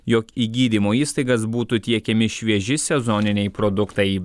jog į gydymo įstaigas būtų tiekiami švieži sezoniniai produktai